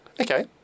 okay